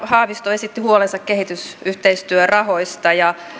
haavisto esitti huolensa kehitysyhteistyörahoista ja